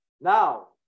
Now